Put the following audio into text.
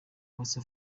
uwase